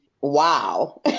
wow